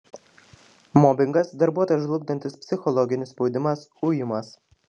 mobingas darbuotoją žlugdantis psichologinis spaudimas ujimas